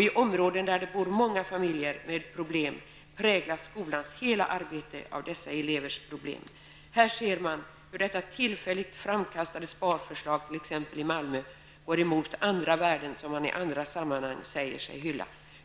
I områden där det bor många barn i familjer med problem präglas skolans hela arbete av dessa barns svårigheter. Här ser man hur detta tillfälligt framkastade sparförslag i Malmö går emot värden som man i andra sammanhang säger sig hylla!